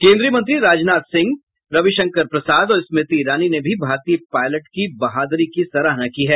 केन्द्रीय मंत्री राजनाथ सिंह रविशंकर प्रसाद और स्मृति ईरानी ने भी भारतीय पायलट की बहाद्री की सराहना की है